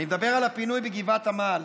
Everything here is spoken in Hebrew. אני מדבר על הפינוי בגבעת עמל.